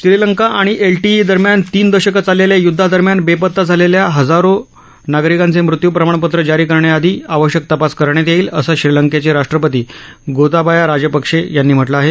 श्रीलंका आणि एलटीईदरम्यान तीन दशकं चाललेल्या युदधादरम्यान बेपता झालेल्या हजारो नागरीकांचे मृत्यू प्रमाणपत्र जारी करण्याआधी आवश्यक तपास करण्यात येईल असं श्रीलंकाचे राष्ट्रपती गोताबाया राजपक्षे यांनी म्हटलं आहे